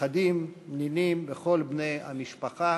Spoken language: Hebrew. הנכדים, הנינים וכל בני המשפחה,